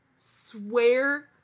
swear